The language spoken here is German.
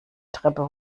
treppe